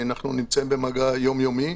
אנחנו במגע יום יומי.